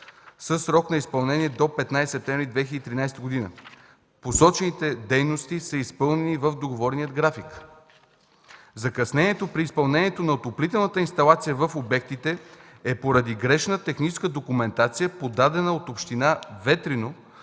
със срок на изпълнение до 15 септември 2013 г. Посочените дейности са изпълнени в договорения график. Закъснението при изпълнение на отоплителната инсталация в обектите е поради грешна техническа документация, подадена от община Ветрино